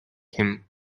him